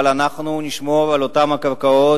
אבל אנחנו נשמור על אותן קרקעות,